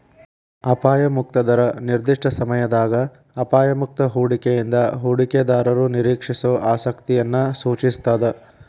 ಅಪಾಯ ಮುಕ್ತ ದರ ನಿರ್ದಿಷ್ಟ ಸಮಯದಾಗ ಅಪಾಯ ಮುಕ್ತ ಹೂಡಿಕೆಯಿಂದ ಹೂಡಿಕೆದಾರರು ನಿರೇಕ್ಷಿಸೋ ಆಸಕ್ತಿಯನ್ನ ಸೂಚಿಸ್ತಾದ